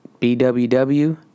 BWW